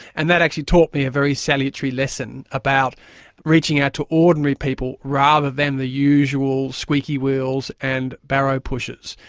and that actually taught me a very salutary lesson about reaching out to ordinary people rather than the usual squeaky wheels and barrow-pushers.